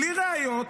בלי ראיות,